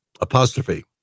apostrophe